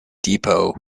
depot